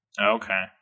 Okay